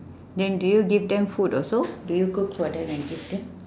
then did you give them food also did you cook for them and give them